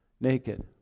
Naked